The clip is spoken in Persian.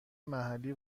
محلی